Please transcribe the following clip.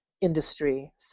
industry